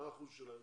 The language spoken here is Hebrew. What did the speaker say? מה האחוז שלהן